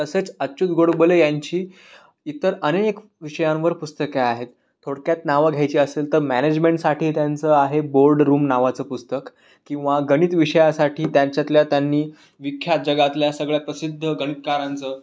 तसेच अच्युत गोडबोले यांची इतर अनेक विषयांवर पुस्तके आहेत थोडक्यात नावं घ्यायची असेल तर मॅनेजमेंटसाठी त्यांचं आहे बोर्ड रूम नावाचं पुस्तक किंवा गणित विषयासाठी त्यांच्यातल्या त्यांनी विख्यात जगातल्या सगळ्या प्रसिद्ध गणितकारांचं